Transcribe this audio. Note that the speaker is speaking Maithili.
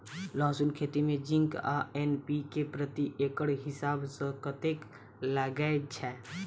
लहसून खेती मे जिंक आ एन.पी.के प्रति एकड़ हिसाब सँ कतेक लागै छै?